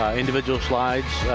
ah individual slides.